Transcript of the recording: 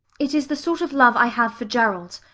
it is the sort of love i have for gerald.